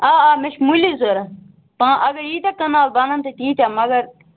آ آ مےٚ چھِ مٔلی ضروٗرت پاں اَگر ییٖتیٛاہ کَنال بَنَن تہٕ تییٖتیٛاہ مَگر